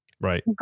Right